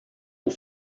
aux